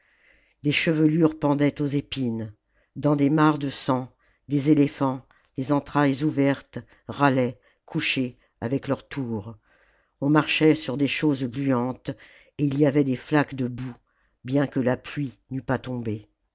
des chevelures pendaient aux épines dans des mares de sang des éléphants les entrailles ouvertes râlaient couchés avec leurs tours on marchait sur des choses gluantes et il y avait des flaques de boue bien que la phiie n'eût pas tombé